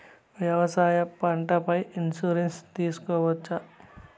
వ్యవసాయ పంటల పై ఇన్సూరెన్సు తీసుకోవచ్చా?